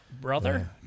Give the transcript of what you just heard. brother